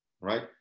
right